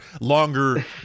longer